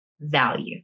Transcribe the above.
value